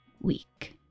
week